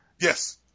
Yes